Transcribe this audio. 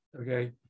Okay